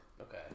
okay